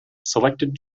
selected